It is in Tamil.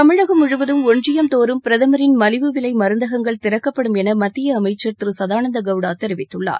தமிழகம் முழுவதும் ஒன்றியம் தோறும் பிரதமரின் மலிவு விலை மருந்தகங்கள் திறக்கப்படும் என மத்திய அமைச்சர் திரு சதானந்த கவுடா தெரிவித்துள்ளார்